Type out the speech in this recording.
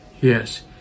yes